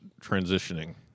transitioning